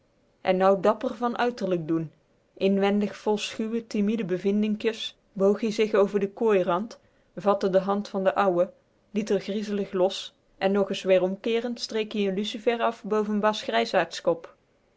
en nou dapper van uiterlijk doen inwendig vol schuwe timiede bevinkjes boog ie zich over den kooirand vatte de hand van den ouwe liet r griezelig los en nog ns werom keerend streek ie n lucifer af boven